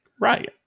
Right